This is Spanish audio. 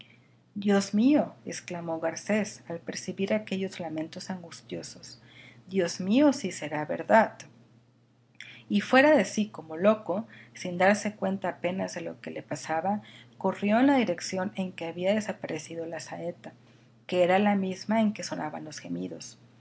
dios mío exclamó garcés al percibir aquellos lamentos angustiosos dios mío si será verdad y fuera de sí como loco sin darse cuenta apenas de lo que le pasaba corrió en la dirección en que había desaparecido la saeta que era la misma en que sonaban los gemidos